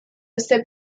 este